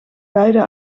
beiden